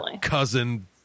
cousin